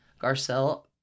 Garcelle